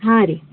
ಹಾಂ ರೀ